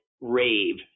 rave